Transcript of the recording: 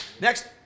next